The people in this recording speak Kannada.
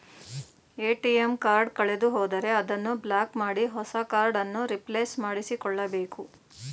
ಎ.ಟಿ.ಎಂ ಕಾರ್ಡ್ ಕಳೆದುಹೋದರೆ ಅದನ್ನು ಬ್ಲಾಕ್ ಮಾಡಿ ಹೊಸ ಕಾರ್ಡ್ ಅನ್ನು ರಿಪ್ಲೇಸ್ ಮಾಡಿಸಿಕೊಳ್ಳಬೇಕು